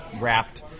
wrapped